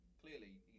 Clearly